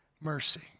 mercy